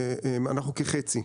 אנחנו כחצי.